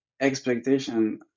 Expectation